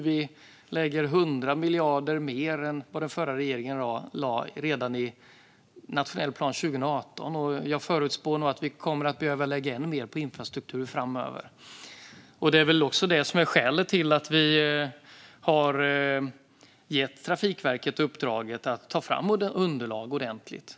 Vi lade 100 miljarder mer redan i nationell plan 2018, och jag förutspår att vi kommer att behöva lägga ännu mer på infrastruktur framöver. Därför har vi gett Trafikverket i uppdrag att ta fram ordentliga underlag.